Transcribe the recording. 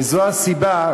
וזו הסיבה,